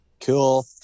cool